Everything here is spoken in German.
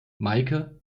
meike